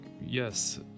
yes